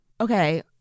Okay